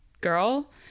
girl